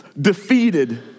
defeated